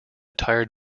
tired